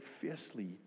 fiercely